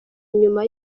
nyuma